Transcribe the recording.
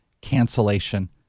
cancellation